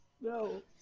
No